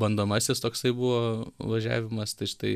bandomasis toksai buvo važiavimas tai štai